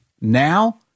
Now